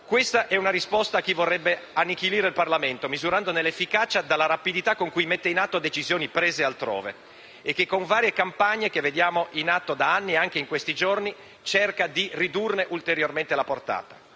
Questa è una risposta a chi vorrebbe annichilire il Parlamento misurandone l'efficacia dalla rapidità con cui mette in atto decisioni prese altrove e che con varie campagne, che vediamo in atto da anni e anche in questi giorni, cerca di ridurne ulteriormente la portata.